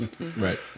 Right